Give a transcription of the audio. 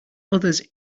others